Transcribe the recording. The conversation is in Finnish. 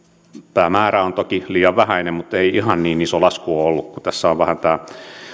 määrä on toki liian vähäinen ei lasku ihan niin iso ole ollut kun tässä on vähän tämä